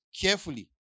Carefully